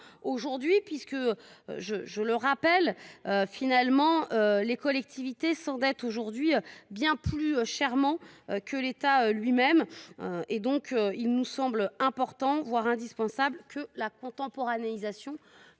aujourd’hui. En effet, je le rappelle, les collectivités s’endettent aujourd’hui bien plus chèrement que l’État lui même. Il nous semble important, voire indispensable, que la contemporanéité